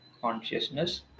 consciousness